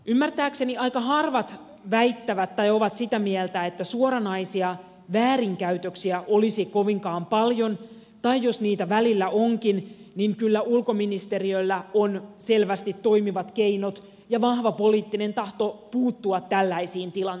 ymmärtääkseni aika harvat väittävät tai ovat sitä mieltä että suoranaisia väärinkäytöksiä olisi kovinkaan paljon tai jos niitä välillä onkin niin kyllä ulkoministeriöllä on selvästi toimivat keinot ja vahva poliittinen tahto puuttua tällaisiin tilanteisiin